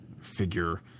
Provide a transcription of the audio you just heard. figure